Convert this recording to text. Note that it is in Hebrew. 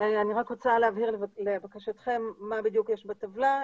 אני רוצה להבהיר לבקשתכם מה יש בטבלה.